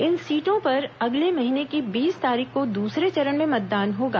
इन सीटों पर अगले महीने की बीस तारीख को दूसरे चरण में मतदान होगा